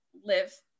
live